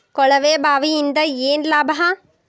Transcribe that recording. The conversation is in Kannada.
ಕೊಳವೆ ಬಾವಿಯಿಂದ ಏನ್ ಲಾಭಾ?